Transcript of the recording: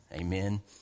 Amen